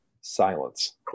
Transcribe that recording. Silence